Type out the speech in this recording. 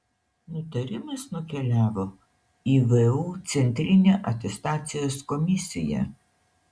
nutarimas nukeliavo į vu centrinę atestacijos komisiją